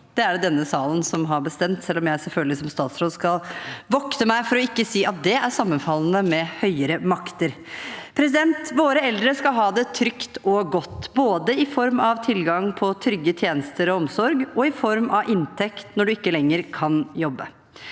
Det er det denne salen som har bestemt, selv om jeg selvfølgelig som statsråd skal vokte meg for ikke å si at det er sammenfallende med høyere makter. Våre eldre skal ha det trygt og godt, både i form av tilgang på trygge tjenester og omsorg og i form av inntekt når man ikke lenger kan jobbe.